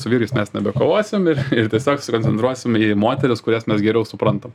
su vyrais mes nebekovosim ir ir tiesiog sukoncentruosim į moteris kurias mes geriau suprantam